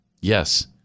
Yes